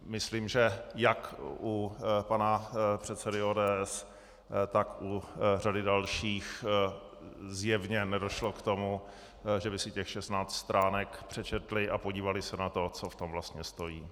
Myslím, že jak u pana předsedy ODS, tak u řady dalších zjevně nedošlo k tomu, že by si těch 16 stránek přečetli a podívali se na to, co tam vlastně stojí.